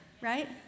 right